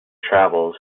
travels